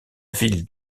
ville